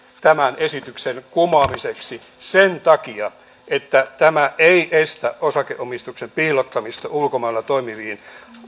tämän esityksen kumoamiseksi sen takia että tämä ei estä osakeomistuksen piilottamista ulkomailla toimivien